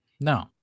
No